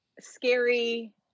scary